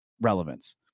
relevance